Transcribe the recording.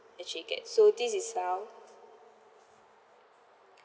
actually get so this is how